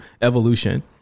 evolution